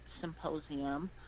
symposium